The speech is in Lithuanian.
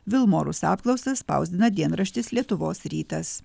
vilmorus apklausas spausdina dienraštis lietuvos rytas